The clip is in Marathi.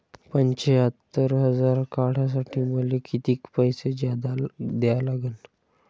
पंच्यात्तर हजार काढासाठी मले कितीक पैसे जादा द्या लागन?